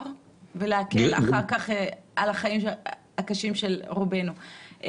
ולהקל אחר כך על החיים הקשים של רובנו.